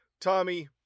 Tommy